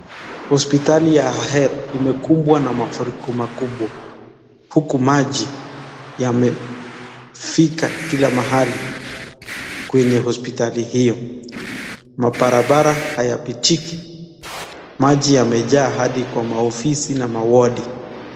Hospitali ya Ahero imekumbwa mafuriko makubwa uku maji yamefika kila mahali kwenye hospitali hio. Mabarabara hayapitiki, maji yamejaa adi kwa maofisi na mawodi.